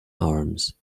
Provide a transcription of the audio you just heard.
arms